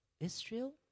Israel